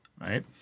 right